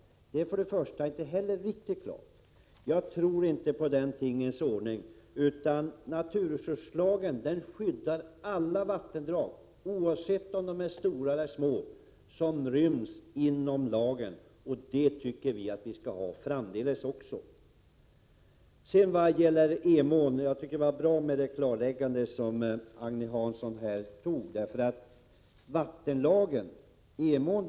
Det är inte riktigt klart. Jag tror inte på den tingens ordning. Naturresurslagen skyddar alla vattendrag som ryms inom lagen, oavsett om de är stora eller små. Så tycker vi att det skall vara framdeles också. Det var bra att Agne Hansson gjorde ett klarläggande beträffande Emån.